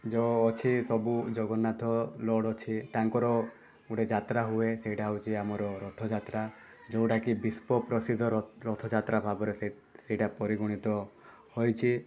ଯେଉଁ ଅଛି ସବୁ ଜଗନ୍ନାଥ ଲଡ଼ ଅଛି ତାଙ୍କର ଗୋଟେ ଯାତ୍ରା ହୁଏ ସେଇଟା ହେଉଛି ଆମର ରଥଯାତ୍ରା ଯେଉଁଟାକି ବିଶ୍ୱ ପ୍ରସିଦ୍ଧ ରଥ ରଥଯାତ୍ରା ଭାବରେ ସେ ସେଇଟା ପରିଗଣିତ ହେଇଛି